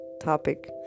topic